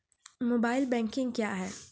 Mobile banking क्या हैं?